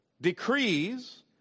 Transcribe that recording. decrees